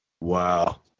Wow